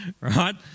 right